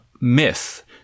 myth